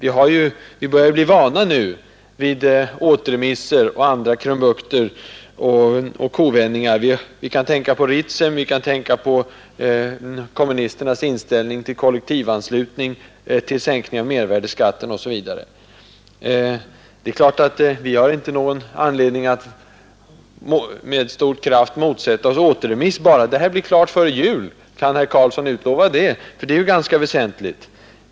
Vi börjar nu bli vana vid återremisser, kovändningar och andra krumbukter. Vi kan tänka på Ritsem, vi kan tänka på kommunisternas ställningstagande till kollektivanslutningen och till sänkningen av mervärdeskatten, osv. Vi kan naturligtvis inte förhindra en återremiss. Men blir det klart före jul? Kan herr Karlsson utlova det? Det är nämligen ganska väsentligt.